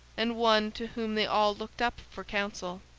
and one to whom they all looked up for counsel.